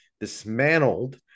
dismantled